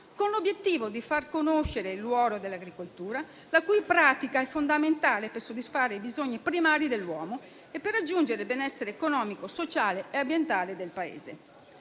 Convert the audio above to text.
con l'obiettivo di far conoscere il ruolo dell'agricoltura, la cui pratica è fondamentale per soddisfare i bisogni primari dell'uomo e per raggiungere il benessere economico, sociale e ambientale del Paese.